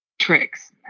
tricks